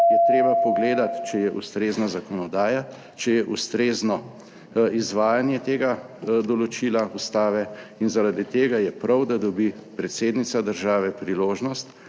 je treba pogledati, če je ustrezna zakonodaja, če je ustrezno izvajanje tega določila Ustave in zaradi tega je prav, da dobi predsednica države priložnost,